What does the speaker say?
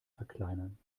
verkleinern